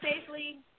safely